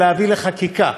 ולהביא לחקיקה